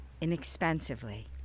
inexpensively